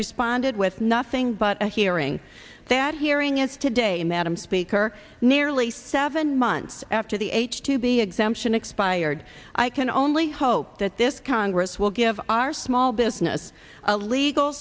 responded with nothing but a hearing that hearing is today madam speaker nearly seven months after the h two b exemption expired i can only hope that this congress will give our small business a legal